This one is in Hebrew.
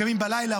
קמים בלילה,